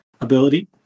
ability